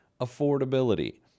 affordability